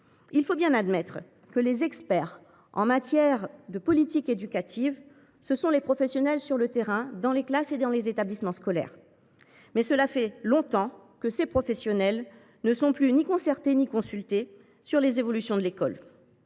Il faut bien admettre que les meilleurs experts en matière de politique éducative sont les professionnels qui se trouvent sur le terrain, dans les classes et dans les établissements scolaires. Mais cela fait longtemps qu’ils ne sont plus ni écoutés ni consultés sur les évolutions de l’école.